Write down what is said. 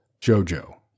Jojo